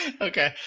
Okay